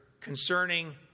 concerning